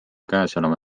käesoleva